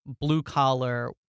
blue-collar